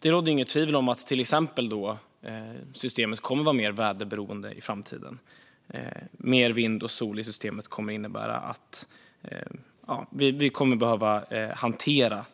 Det råder till exempel inget tvivel om att systemet kommer att vara mer väderberoende i framtiden. Mer vind och sol i systemet kommer att innebära att vi helt enkelt kommer att behöva hantera